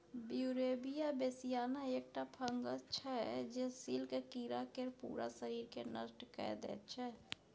Beauveria bassiana एकटा fungus छै जे सिल्क कीरा केर पुरा शरीरकेँ नष्ट कए दैत छै